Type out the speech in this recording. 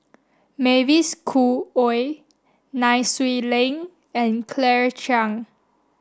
Mavis Khoo Oei Nai Swee Leng and Claire Chiang